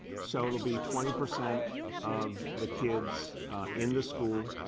so it will be twenty percent of the kids in the school.